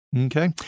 Okay